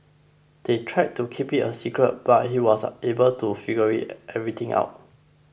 they tried to keep it a secret but he was able to figure everything out